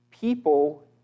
people